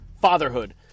FATHERHOOD